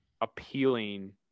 appealing